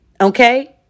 Okay